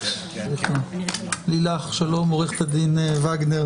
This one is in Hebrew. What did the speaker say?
כמובן לילך וגנר